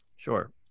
Sure